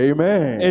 Amen